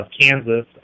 Kansas